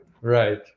right